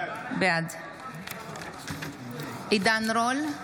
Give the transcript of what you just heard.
בעד עידן רול,